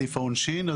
סעיף העונשין.